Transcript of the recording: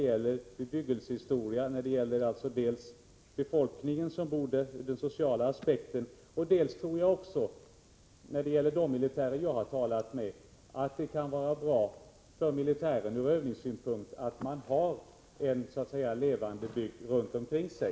Dels gäller det de sociala aspekterna, dels tror jag — som de militärer jag talat med —- att det kan vara bra för militären ur övningssynpunkt att ha en levande bygd runt omkring sig.